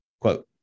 Quote